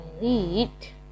Delete